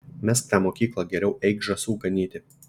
mesk tą mokyklą geriau eik žąsų ganyti